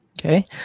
Okay